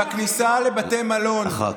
אני ואתה באום אל-פחם.